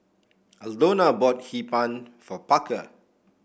Aldona bought Hee Pan for Parker